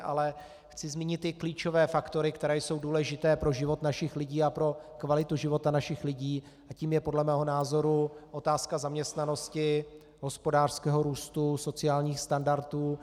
Ale chci zmínit ty klíčové faktory, které jsou důležité pro život našich lidí a pro kvalitu života našich lidí, a tím je podle mého názoru otázka zaměstnanosti, hospodářského růstu, sociálních standardů.